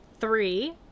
three